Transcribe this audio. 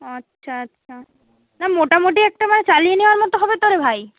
আচ্ছা আচ্ছা না মোটামুটি একটা মানে চালিয়ে নেওয়ার মতো হবে তো রে ভাই